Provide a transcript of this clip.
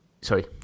Sorry